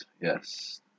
Yes